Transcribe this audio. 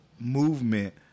movement